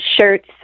shirts